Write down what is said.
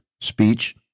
Speech